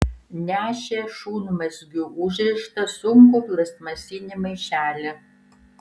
nešė šunmazgiu užrištą sunkų plastmasinį maišelį